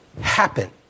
happen